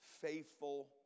faithful